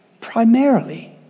primarily